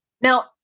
Now